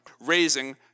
raising